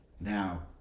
Now